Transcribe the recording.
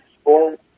sport